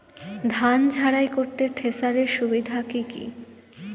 ধান ঝারাই করতে থেসারের সুবিধা কি কি?